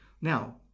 Now